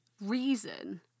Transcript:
reason